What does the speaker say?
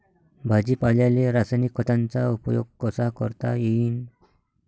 भाजीपाल्याले रासायनिक खतांचा उपयोग कसा करता येईन?